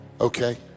okay